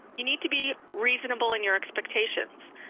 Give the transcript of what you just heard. you need to be reasonable in your expectations.